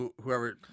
whoever